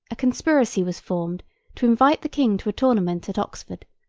a conspiracy was formed to invite the king to a tournament at oxford,